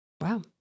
Wow